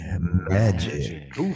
magic